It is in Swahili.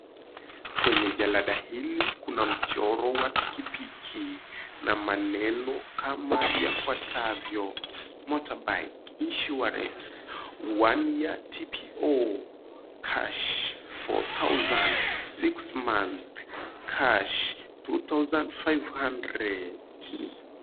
Kwenye jalada hili kuna mchoro wa pikipiki na maneno kama yafuatavyo, Motorbike Insurance, One Year TPO Ksh 4000, Six Month Ksh 2500.